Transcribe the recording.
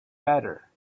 better